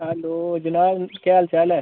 hello जनाब केह् हाल चाल ऐ